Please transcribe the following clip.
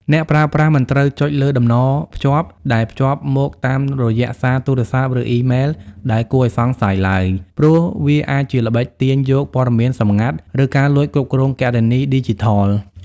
អ្នកប្រើប្រាស់មិនត្រូវចុចលើតំណភ្ជាប់ ដែលផ្ញើមកតាមរយៈសារទូរស័ព្ទ ឬអ៊ីមែលដែលគួរឱ្យសង្ស័យឡើយ ព្រោះវាអាចជាល្បិចទាញយកព័ត៌មានសម្ងាត់ ឬការលួចគ្រប់គ្រងគណនីឌីជីថល។